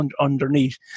underneath